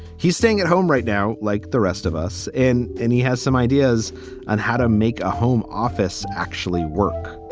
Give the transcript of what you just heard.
he's staying at home right now. like the rest of us. and and he has some ideas on how to make a home office actually work.